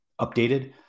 updated